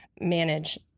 Manage